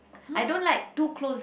I don't like too close